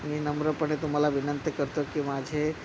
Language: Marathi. मी नम्रपणे तुम्हाला विनंत करतो की माझे